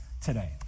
today